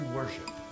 worship